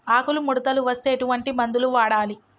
ఆకులు ముడతలు వస్తే ఎటువంటి మందులు వాడాలి?